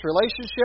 relationship